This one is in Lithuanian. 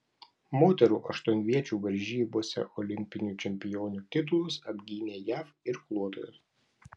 moterų aštuonviečių varžybose olimpinių čempionių titulus apgynė jav irkluotojos